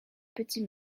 petit